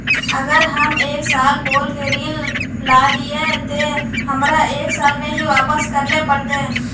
अगर हम एक साल बोल के ऋण लालिये ते हमरा एक साल में ही वापस करले पड़ते?